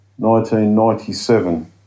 1997